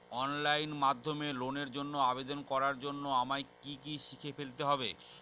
Online মাধ্যমে লোনের জন্য আবেদন করার জন্য আমায় কি কি শিখে ফেলতে হবে?